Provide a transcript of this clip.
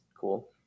cool